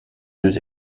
deux